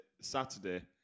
Saturday